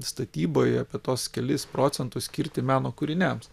statyboje kad tuos kelis procentus skirti meno kūriniams